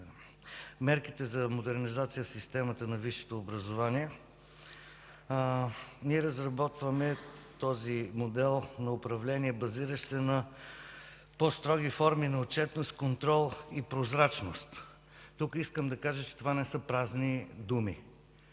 Мерките за модернизация в системата на висшето образование –ние разработваме този модел на управление, базиращ се на по-строги мерки на отчетност, контрол и прозрачност. Тук искам да кажа, че това не са празни думи.